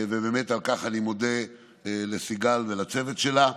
ובאמת על כך אני מודה לסיגל ולצוות שלה.